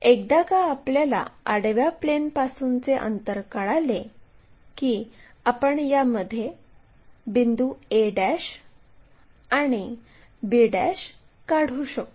एकदा का आपल्याला आडव्या प्लेनपासूनचे अंतर कळाले की आपण यामध्ये बिंदू a आणि b काढू शकतो